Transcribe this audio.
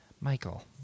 Michael